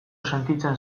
sentitzen